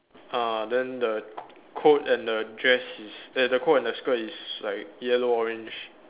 uh then the co~ coat and the dress is eh the coat and the skirt is like yellow orange